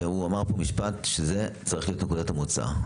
הוא אמר פה משפט שצריך להיות נקודת המוצא: